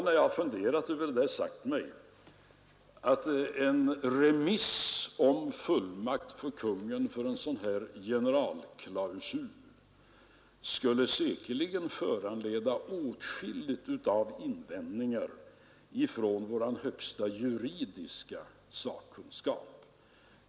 När jag har funderat över detta har jag väl sagt mig att en remiss om fullmakt för Kungl. Maj:t beträffande en sådan generalklausul säkerligen skulle föranleda åtskilliga invändningar från vår högsta juridiska sakkun skap.